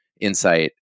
insight